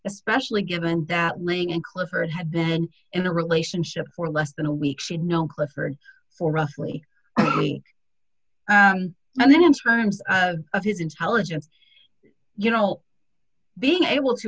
especially given that laying in clifford had ben in a relationship for less than a week she'd known clifford for roughly and then in terms of his intelligence you know being able to